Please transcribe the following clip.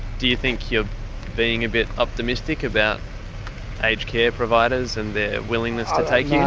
do you think you're being a bit optimistic about aged care providers and their willingness to take yeah